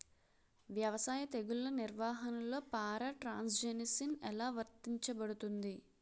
వ్యవసాయ తెగుళ్ల నిర్వహణలో పారాట్రాన్స్జెనిసిస్ఎ లా వర్తించబడుతుంది?